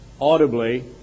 audibly